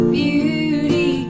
beauty